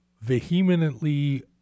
vehemently